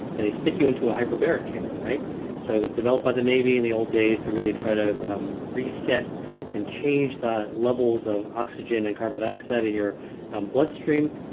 and they stick you into a hyperbaric chamber. so it was developed by the navy in the old days to really try to reset and change the levels of oxygen and carbon dioxide in your um bloodstream.